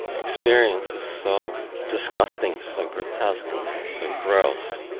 experience is so disgusting, so grotesque, and they're so gross,